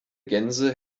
gänse